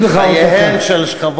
חבר'ה,